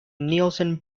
nielsen